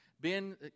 Ben